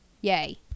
Yay